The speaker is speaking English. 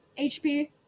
HP